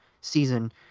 season